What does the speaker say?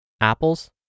Apples